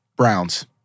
Browns